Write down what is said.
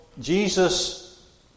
Jesus